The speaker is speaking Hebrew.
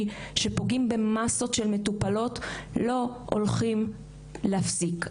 שפוגעים במסות של מטופלות לא הולכות להפסיק.